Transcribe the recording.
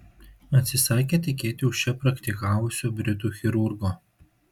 atsisakė tekėti už čia praktikavusio britų chirurgo